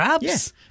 Yes